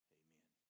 amen